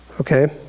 okay